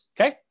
okay